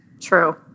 True